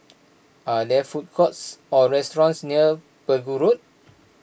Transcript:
are there food courts or restaurants near Pegu Road